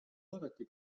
oodati